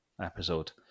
episode